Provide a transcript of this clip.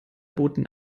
boten